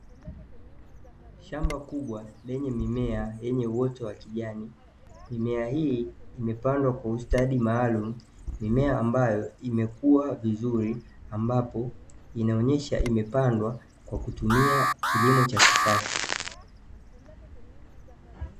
Shamba kubwa lenye mimea yenye uoto wa kijani, mimea hii imepandwa kwa ustadi maalumu, mimea ambayo imekua vizuri ambapo inaonyesha imepandwa kwa kutumia kilimo cha kisasa.